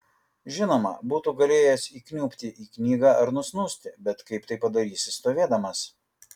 žinoma būtų galėjęs įkniubti į knygą ar nusnūsti bet kaip tai padarysi stovėdamas